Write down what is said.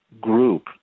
group